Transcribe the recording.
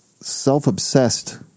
self-obsessed